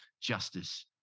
justice